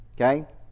Okay